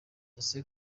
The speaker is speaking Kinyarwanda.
ese